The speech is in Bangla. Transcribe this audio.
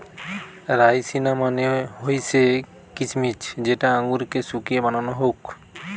রাইসিনা মানে হৈসে কিছমিছ যেটা আঙুরকে শুকিয়ে বানানো হউক